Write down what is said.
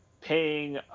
paying